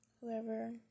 whoever